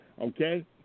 Okay